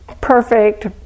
perfect